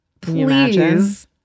please